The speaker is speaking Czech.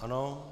Ano.